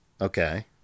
Okay